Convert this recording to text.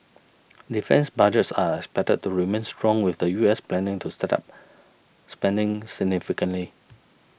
defence budgets are expected to remain strong with the U S planning to step up spending significantly